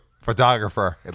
photographer